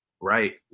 right